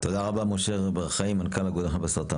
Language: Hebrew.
תודה רבה משה בר חיים, מנכ"ל האגודה למלחמה בסרטן.